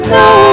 no